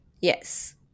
yes